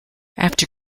after